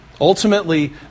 Ultimately